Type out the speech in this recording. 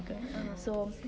(uh huh)